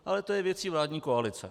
Ale to je věcí vládní koalice.